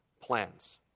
plans